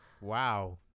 Wow